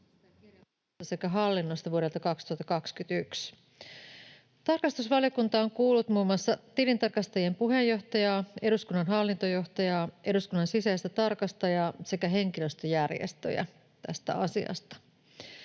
sekä hallinnosta vuodelta 2021. Tarkastusvaliokunta on kuullut muun muassa tilintarkastajien puheenjohtajaa, eduskunnan hallintojohtajaa, eduskunnan sisäistä tarkastajaa sekä henkilöstöjärjestöjä tästä asiasta.